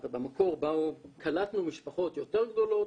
במקור קלטנו משפחות יותר גדולות,